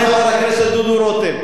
חבר הכנסת דודו רותם.